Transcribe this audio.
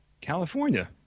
california